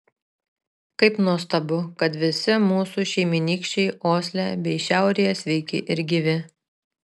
kaip nuostabu kad visi mūsų šeimynykščiai osle bei šiaurėje sveiki ir gyvi